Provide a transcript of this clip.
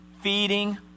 feeding